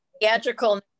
theatrical